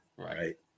Right